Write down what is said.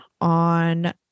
on